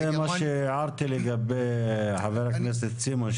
זה מה שהערתי לגבי חבר הכנסת סימון,